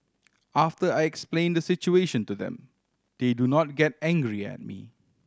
after I explain the situation to them they do not get angry at me